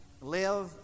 live